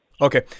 Okay